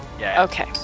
Okay